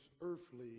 earthly